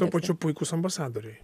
tuo pačiu puikūs ambasadoriai